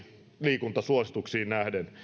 liikuntasuosituksiin nähden